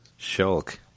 Shulk